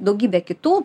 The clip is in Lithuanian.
daug daugybė kitų